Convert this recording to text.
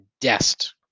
Dest